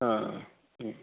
आं